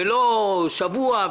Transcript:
ולא שבוע,